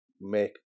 make